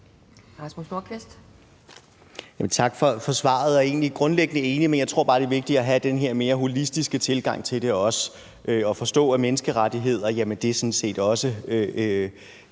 Tak for svaret, og jeg er egentlig grundlæggende enig. Men jeg tror bare, det er vigtigt at have den her mere holistiske tilgang til det også og forstå, at menneskerettigheder jo sådan set også